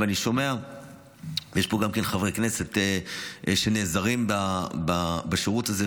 אני שומע שיש פה חברי כנסת שנעזרים בשירות הזה.